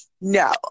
no